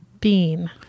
Bean